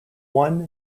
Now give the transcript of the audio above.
one